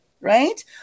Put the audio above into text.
right